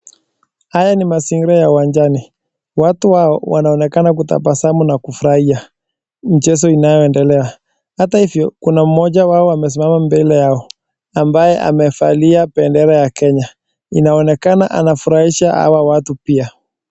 Haya ni mazingira ya uwangaji. Watu hao wanaenekeana kutabasamu na kufurahia mchezo inayoendelea. Hata hivyo kuna mmoja wao amesimama mbele yao, ambaye amevalia bendera ya Kenya, inaonekana anafurahisha hawa watu pia.